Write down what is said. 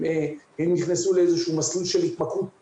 הם נכנסו לאיזשהו מסלול של התמכרות